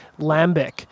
lambic